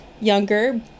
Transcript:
younger